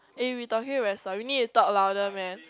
eh we talking very soft you need to talk louder man